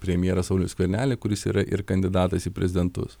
premjerą saulių skvernelį kuris yra ir kandidatas į prezidentus